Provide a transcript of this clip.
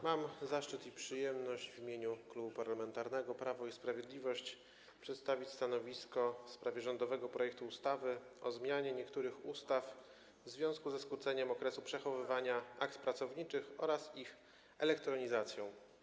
Mam zaszczyt i przyjemność w imieniu Klubu Parlamentarnego Prawo i Sprawiedliwość przedstawić stanowisko w sprawie rządowego projektu ustawy o zmianie niektórych ustaw w związku ze skróceniem okresu przechowywania akt pracowniczych oraz ich elektronizacją.